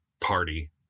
party